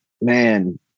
man